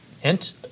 hint